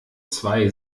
zwei